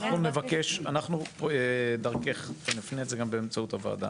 אנחנו דרכך, ונפנה את זה גם באמצעות הוועדה,